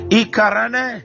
ikarane